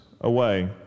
away